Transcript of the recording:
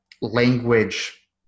Language